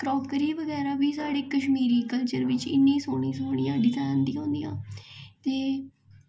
crockery बगैरा बी साढ़े कशमीरी कल्चर बिच्च इन्नी सोह्नी सोह्नी डिजाईन दियां होंदियां ते